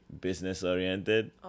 business-oriented